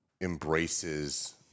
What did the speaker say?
embraces